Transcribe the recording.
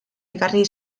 ekarri